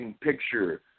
picture